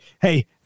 hey